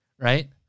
right